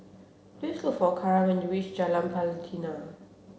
please look for Karan when you reach Jalan Pelatina